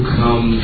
come